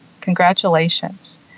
Congratulations